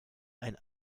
ein